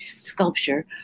sculpture